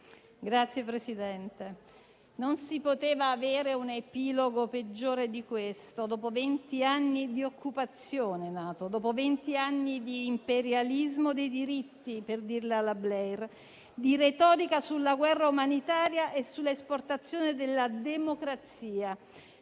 Signor Presidente, non si poteva avere un epilogo peggiore di questo, dopo vent'anni di occupazione NATO, dopo vent'anni di imperialismo dei diritti umani, per dirla come Tony Blair, di retorica sulla guerra umanitaria e sull'esportazione della democrazia.